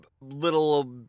little